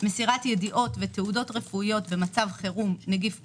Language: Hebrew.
מסירת ידיעות ותעודות רפואיות ומצב חירום נגיף קורונה,